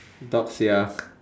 dogs ya